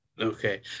Okay